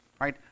right